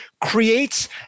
creates